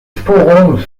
sporanges